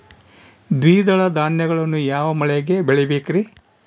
ದ್ವಿದಳ ಧಾನ್ಯಗಳನ್ನು ಯಾವ ಮಳೆಗೆ ಬೆಳಿಬೇಕ್ರಿ?